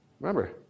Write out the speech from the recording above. Remember